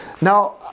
Now